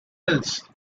else